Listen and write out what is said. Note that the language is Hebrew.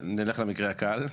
נלך למקרה הקל,